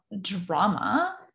drama